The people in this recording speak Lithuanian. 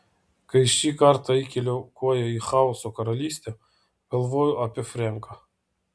kai šį kartą įkėliau koją į chaoso karalystę galvojau apie frenką